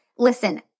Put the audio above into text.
Listen